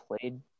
played